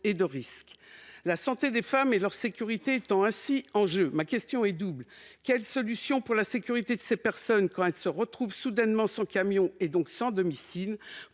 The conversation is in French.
et de risques. La santé des femmes et leur sécurité étant ainsi en jeu, ma question est double. Quelles solutions existe-t-il pour la sécurité de ces personnes si elles se retrouvent soudainement sans camions et donc sans domicile ?